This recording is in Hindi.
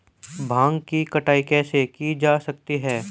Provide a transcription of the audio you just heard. भांग की कटाई कैसे की जा सकती है?